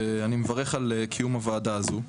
ואני מברך על קיום הוועדה הזאת.